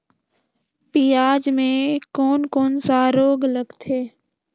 पियाज मे कोन कोन सा रोग लगथे?